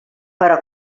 però